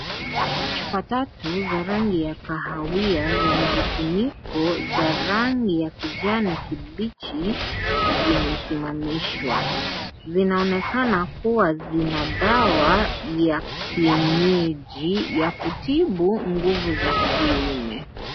Chupa tatu za rangi ya kahawia zina vifuniko za rangi ya kijani kibichi zimesimamishwa, zinaonekana kuwa zina dawa ya kienyeji ya kutibu nguvu za kiume .